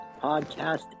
Podcast